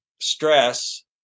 stress